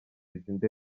izindi